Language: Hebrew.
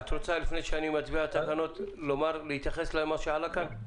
את רוצה לפני שאני מצביע על התקנות להתייחס למה שעלה כאן?